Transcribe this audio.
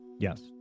yes